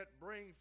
bring